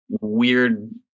weird